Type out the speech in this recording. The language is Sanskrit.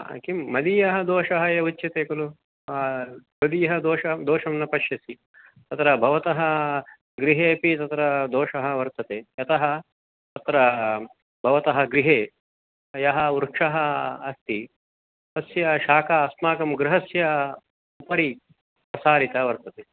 किं मदीयः दोषः एव उच्यते खलु त्वदीयः दोषः दोषं न पश्यामि तत्र भवतः गृहेपि तत्र दोषः वर्तते यतः तत्र भवतः गृहे यः वृक्षः अस्ति तस्य शखा अस्माकं गृहस्य उपति प्रसारिता वर्तते